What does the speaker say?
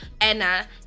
anna